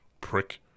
Prick